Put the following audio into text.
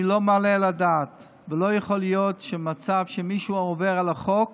אני לא מעלה על הדעת ולא יכול להיות מצב שמישהו שעובר על החוק